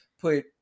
put